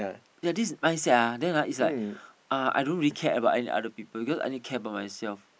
ya this mindset ah then is like uh I don't really care about any other people because I only care about myself